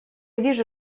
вижу